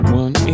one